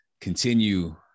continue